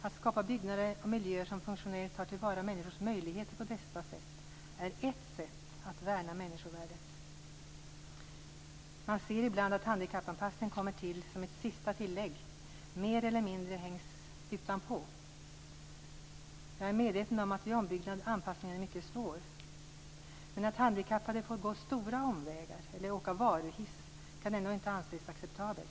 Att skapa byggnader och miljöer som funktionellt tar till vara människors möjligheter på bästa sätt är ett sätt att värna människovärdet. Man ser ibland att handikappanpassning tillkommer som ett sista tillägg och mer eller mindre hängs utanpå. Jag är medveten om att anpassningen vid ombyggnad är mycket svår. Men att handikappade får gå stora omvägar eller åka varuhiss kan ändå inte anses acceptabelt.